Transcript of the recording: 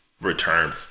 return